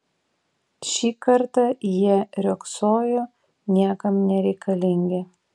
šį kartą jie riogsojo niekam nereikalingi